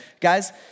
Guys